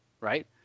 right